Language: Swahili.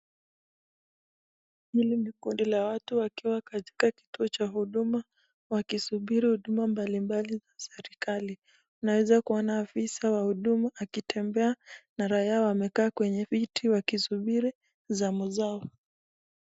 hili ni kundi la watu wakiwa katika kituo cha huduma wakisubili huduma balibali za serikali, unaweza kuona afisa wahuduma akitembea na raiya wamekaa kwenye viti wakisubili zamu zao.